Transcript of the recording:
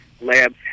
lab's